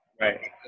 right